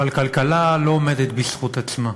אבל כלכלה לא עומדת בזכות עצמה,